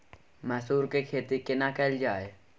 मसूर के खेती केना कैल जाय?